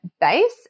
base